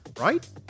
Right